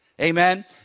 Amen